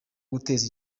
guteza